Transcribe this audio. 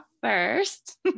first